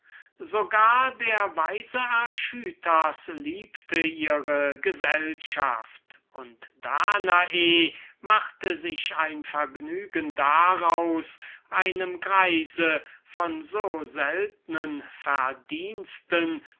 der weise archytas liebte ihre gesellschaft und sie machte sich ein vergnügen daraus einem alten manne von so seltnen verdiensten